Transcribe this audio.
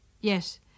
Yes